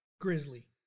Grizzly